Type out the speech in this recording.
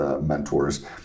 mentors